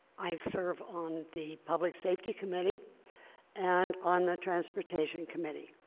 i serve on the public safety committee and on the transportation committee,